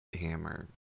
hammer